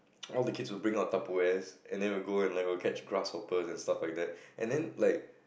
all the kids will bring out Tupperwares and then we will go and go catch grasshoppers and stuff like that and then like